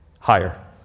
Higher